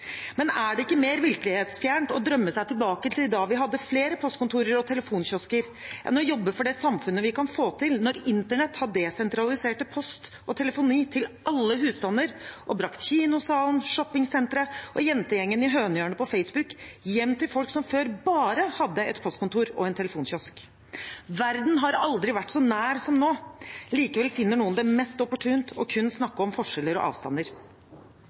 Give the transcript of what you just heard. Men er det ikke mer virkelighetsfjernt å drømme seg tilbake til da vi hadde flere postkontorer og telefonkiosker, enn å jobbe for det samfunnet vi kan få til når internett har desentralisert post og telefoni til alle husstander, og brakt kinosalen, shoppingsenteret og jentegjengen i Hønehjørnet på Facebook hjem til folk, som før bare hadde et postkontor og en telefonkiosk? Verden har aldri vært så nær som nå. Likevel finner noen det mest opportunt kun å snakke om forskjeller og avstander.